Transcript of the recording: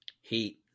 Heat